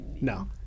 No